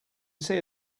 see